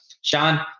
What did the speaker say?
Sean